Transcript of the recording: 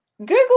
Google